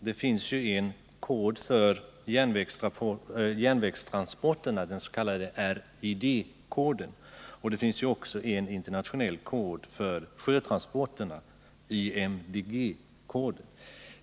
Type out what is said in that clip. Det finns ju en kod för järnvägstransporterna — den s.k. RID-koden — och det finns också en internationell kod för sjötransporterna, IMDG-koden.